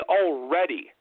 already